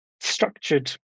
structured